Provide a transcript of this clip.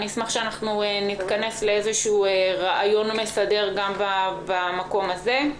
נשמח שאנחנו נתכנס לאיזה רעיון מסדר גם במקום הזה.